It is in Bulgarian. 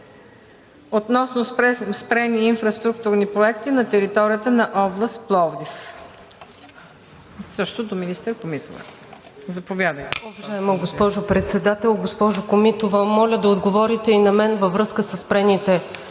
относно спрени инфраструктурни проекти на територията на област Пловдив